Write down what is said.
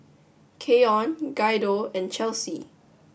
Keion Guido and Chelsi